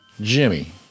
Jimmy